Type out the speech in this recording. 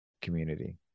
community